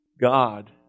God